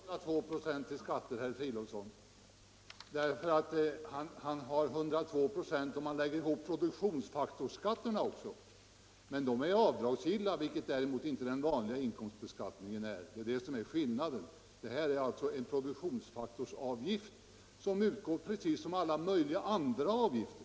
Fru talman! Det är ingen företagare som betalar 102 96 i skatter, herr Fridolfsson! Det blir 102 96 om man lägger till produktionsfaktorsskatterna, men de är ju avdragsgilla, vilket däremot inte den vanliga inkomsten är; det är det som är skillnaden. Här är det alltså fråga om en produktionsfaktorsavgift, som utgår precis som alla möjliga andra avgifter.